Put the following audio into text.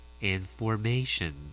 information